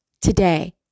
today